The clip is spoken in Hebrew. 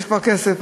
יש כבר כסף,